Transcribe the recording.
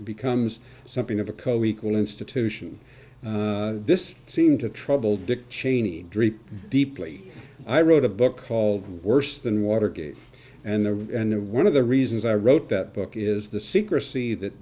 and becomes something of a co equal institution this seemed to trouble dick cheney deeply i wrote a book called worse than watergate and the root and one of the reasons i wrote that book is the secrecy that